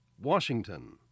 Washington